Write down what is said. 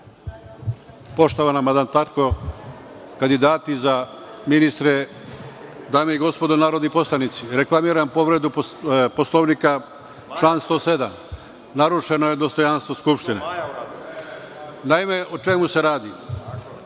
poštovana mandatarko, kandidati za ministre, dame i gospodo narodni poslanici, reklamiram povredu Poslovnika član 107. Narušeno je dostojanstvo Skupštine. Naime, o čemu se radi?